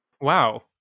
Wow